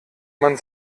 man